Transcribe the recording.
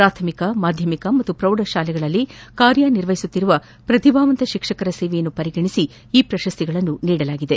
ಪ್ರಾಥಮಿಕ ಮಾಧ್ಯಮಿಕ ಹಾಗೂ ಪ್ರೌಢ ಶಾಲೆಗಳಲ್ಲಿ ಕಾರ್ಯ ನಿರ್ವಹಿಸುತ್ತಿರುವ ಪ್ರತಿಭಾವಂತ ಶಿಕ್ಷಕರ ಸೇವೆಯನ್ನು ಪರಿಗಣಿಸಿ ಈ ಪ್ರಶಸ್ತಿಗಳನ್ನು ನೀಡಲಾಗಿದೆ